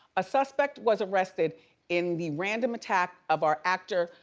a suspect was arrested in the random attack of our actor,